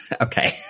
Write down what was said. Okay